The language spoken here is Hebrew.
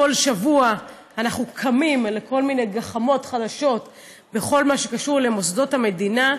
כל שבוע אנחנו קמים לכל מיני גחמות חדשות בכל מה שקשור למוסדות המדינה,